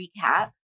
recap